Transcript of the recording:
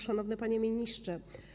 Szanowny Panie Ministrze!